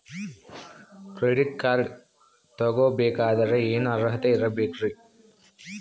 Credit card ತೊಗೋ ಬೇಕಾದರೆ ಏನು ಅರ್ಹತೆ ಇರಬೇಕ್ರಿ?